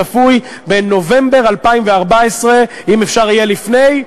צפוי בנובמבר 2014. אם אפשר יהיה לפני,